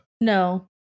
No